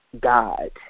God